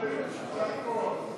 התשע"ו 2016,